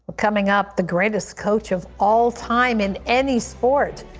coming up, the greatest coach of all time in any sport.